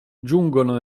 giungono